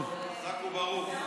חזק וברוך.